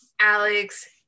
Alex